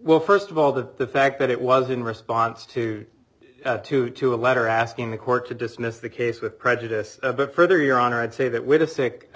well st of all the the fact that it was in response to to to a letter asking the court to dismiss the case with prejudice a bit further your honor i would say that would a sick